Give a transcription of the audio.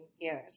years